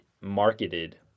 marketed